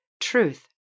truth